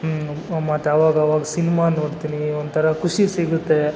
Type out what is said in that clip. ಹ್ಞೂ ಮತ್ತು ಅವಾಗಾವಾಗ ಸಿನ್ಮಾ ನೋಡ್ತೀನಿ ಒಂಥರ ಖುಷಿ ಸಿಗುತ್ತೆ